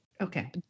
Okay